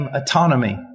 autonomy